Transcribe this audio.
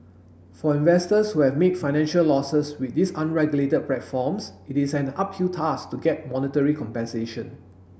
for investors who have made financial losses with these unregulated platforms it is an uphill task to get monetary compensation